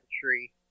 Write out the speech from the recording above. tree